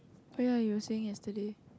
oh ye you were saying yesterday